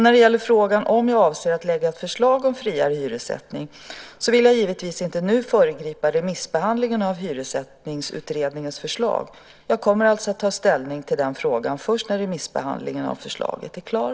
När det gäller frågan om huruvida jag avser att lägga ett förslag om friare hyressättning vill jag givetvis inte nu föregripa remissbehandlingen av Hyressättningsutredningens förslag. Jag kommer alltså att ta ställning till den frågan först när remissbehandlingen av förslaget är klar.